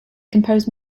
composed